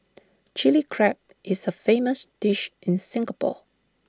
Chilli Crab is A famous dish in Singapore